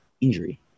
Injury